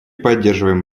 поддерживаем